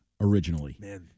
originally